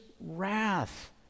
wrath